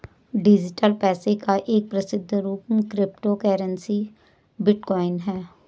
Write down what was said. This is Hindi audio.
डिजिटल पैसे का एक प्रसिद्ध रूप क्रिप्टो करेंसी बिटकॉइन है